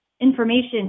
information